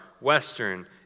Western